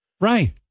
Right